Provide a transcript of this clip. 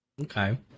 Okay